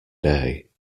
day